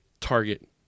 target